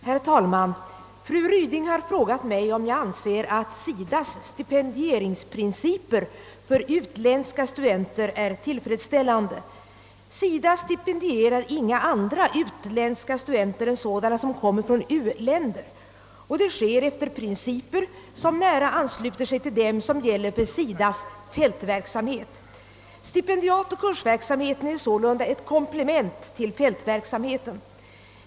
Herr talman! Fru Ryding har frågat mig, om jag anser att SIDA:s stipendieringsprinciper för utländska studenter 5& — Andra kammarens protokoll 1966 är tillfredsställande. SIDA stipendierar inga andra utländska studenter än sådana som kommer från u-länder, och det sker efter principer som nära ansluter sig till dem som gäller för SIDA:s fältverksamhet. Stipendiatoch kursverksamheten är sålunda ett komplement till fältverksamheten.